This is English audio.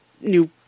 new